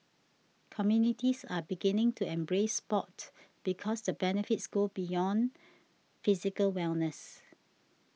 communities are beginning to embrace sport because the benefits go beyond physical wellness